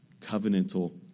Covenantal